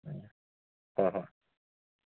ꯎꯝ ꯍꯣꯏ ꯍꯣꯏ